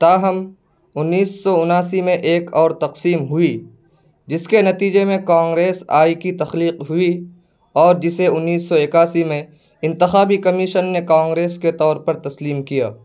تاہم انیس سو انیاسی میں ایک اور تقسیم ہوئی جس کے نتیجے میں کانگریس آئی کی تخلیق ہوئی اور جسے انیس سو اکیاسی میں انتخابی کمیشن نے کانغریس کے طور پر تسلیم کیا